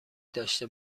داشته